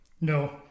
No